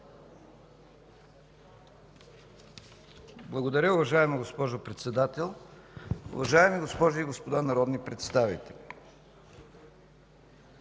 Благодаря, уважаема госпожо Председател. Уважаеми госпожи и господа народни представители!